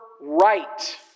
right